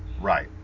Right